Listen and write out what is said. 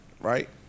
right